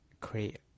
create